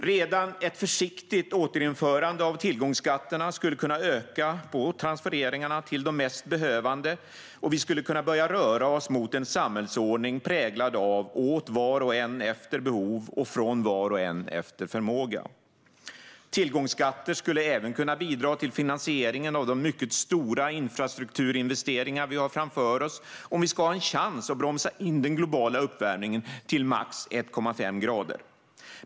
Redan ett försiktigt återinförande av tillgångsskatterna skulle kunna öka transfereringarna till de mest behövande, och vi skulle kunna börja röra oss mot en samhällsordning präglad av åt var och en efter behov och från var och en efter förmåga. Tillgångsskatter skulle även kunna bidra till finansieringen av de mycket stora infrastrukturinvesteringar vi har framför oss, om vi ska ha en chans att bromsa in den globala uppvärmningen till max 1,5 grader.